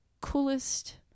coolest